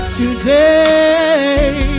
today